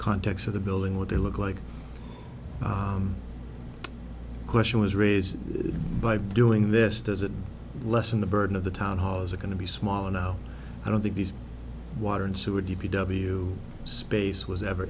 context of the building what they look like question was raised by doing this does it lessen the burden of the town hall is it going to be small enough i don't think these water and sewer d p w space was ever